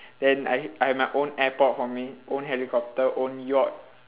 then I I have my own airport for me own helicopter own yacht